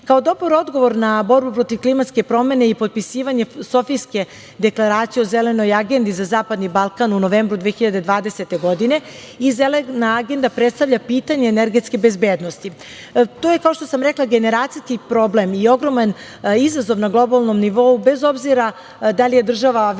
dobar odgovor na borbu protiv klimatske promene i potpisivanje Sofijske deklaracije o Zelenoj agendi za zapadni Balkan u novembru 2020. godine i Zelena agenda predstavlja pitanje energetske bezbednosti. To je, kao što sam rekla, generacijski problem i ogroman izazov na globalnom nivou, bez obzira da li je država velika